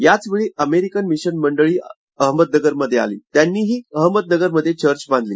याचवेळी American mission मंडळी अहमदनगर मध्ये आली त्यांनीही अहमदनगर मध्ये चर्च बांधलेली